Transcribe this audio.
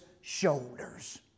shoulders